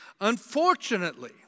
Unfortunately